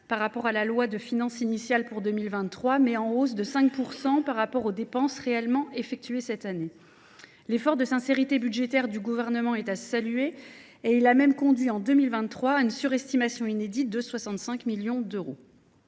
par rapport à la loi de finances initiale pour 2023, mais en hausse de 5 % au regard aux dépenses réellement effectuées cette année. L’effort de sincérité budgétaire du Gouvernement est à saluer : il a même conduit en 2023 à une surestimation inédite de 65 millions d’euros.